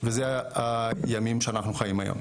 וזה הימים שאנחנו חיים היום,